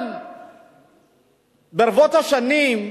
אבל ברבות השנים,